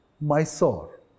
Mysore